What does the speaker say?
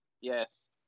Yes